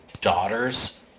daughters